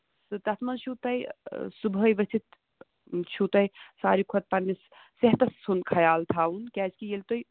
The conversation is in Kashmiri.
سُہ تَتھ منٛز چھُو تۄہہِ صبُحٲے ؤتِتھ چھُو تۄہہِ ساروٕے کھۄتہٕ پَنٕنِس صحتَس سُنٛد خیال تھاوُن کیازِ کہِ ییٚلہِ تۄہہِ